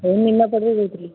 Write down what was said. ଏଇ ନିମାପଡ଼ାରୁ କହୁଥିଲି